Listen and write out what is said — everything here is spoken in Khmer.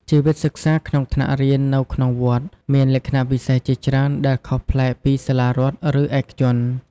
ជីវិតសិក្សាក្នុងថ្នាក់រៀននៅក្នុងវត្តមានលក្ខណៈពិសេសជាច្រើនដែលខុសប្លែកពីសាលារដ្ឋឬឯកជន។